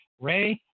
Ray